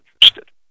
interested